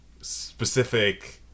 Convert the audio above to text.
specific